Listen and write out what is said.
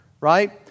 Right